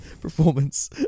performance